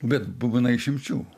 bet būna išimčių